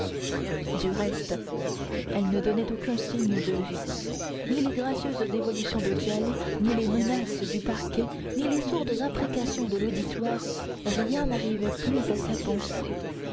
du reste elle ne donnait aucun signe de vie ni les gracieuses évolutions de djali ni les menaces du parquet ni les sourdes imprécations de l'auditoire rien n'arrivait plus à sa pensée